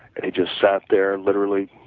and he just sat there literally